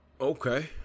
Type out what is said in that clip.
Okay